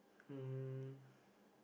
um